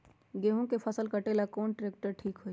गेहूं के फसल कटेला कौन ट्रैक्टर ठीक होई?